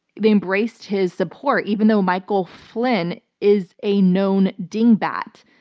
they embraced his support even though michael flynn is a known dingbat.